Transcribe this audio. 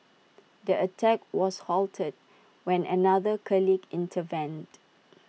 the attack was halted when another colleague intervened